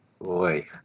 Boy